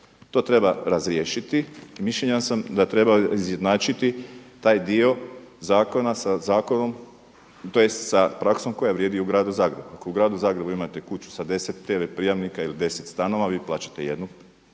To treba razriješiti i mišljenja sam da treba izjednačiti taj dio zakona sa zakonom tj. sa praksom koja vrijedi u Gradu Zagrebu. Ako u Gradu Zagrebu imate kuću sa 10 TV prijamnika ili 10 stanova vi plaćate jednu